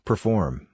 Perform